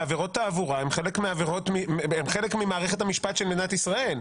ועבירות תעבורה הן חלק ממערכת המשפט של מדינת ישראל.